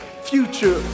future